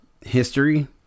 History